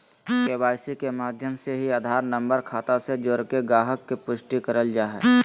KYC के माध्यम से ही आधार नम्बर खाता से जोड़के गाहक़ के पुष्टि करल जा हय